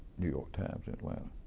new york times in atlanta,